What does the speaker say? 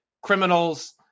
criminals